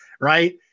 right